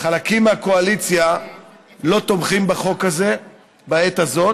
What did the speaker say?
חלקים מהקואליציה לא תומכים בחוק הזה בעת הזאת,